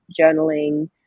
journaling